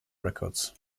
records